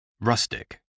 Rustic